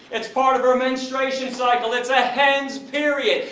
it's part of her menstruation cycle, it's a hen's period!